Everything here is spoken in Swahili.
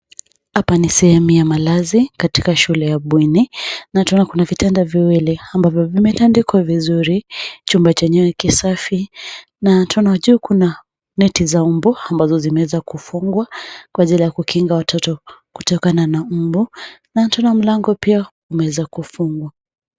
Hapa ni sehemu ya malazi katika shule ya bweni na tunaona kuna vitanda viwili ambavyo vimetandikwa vizuri. Chumba chenyewe kisafi na tunaona juu kuna neti za mbu ambazo zimeweza kufungwa kwa ajili ya kukinga watoto kutokana na mbu, na tunaona mlango pia umeweza kufungwa.